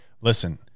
Listen